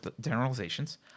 generalizations